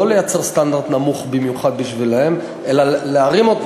לא לייצר סטנדרט נמוך במיוחד בשבילם אלא להרים אותם,